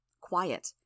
quiet